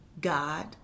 God